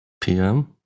PM